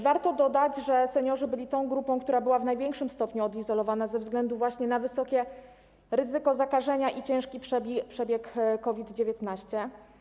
Warto dodać, że seniorzy byli tą grupą, która była w największym stopniu odizolowana ze względu właśnie na wysokie ryzyko zakażenia i ciężki przebieg COVID-19.